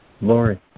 Lori